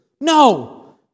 No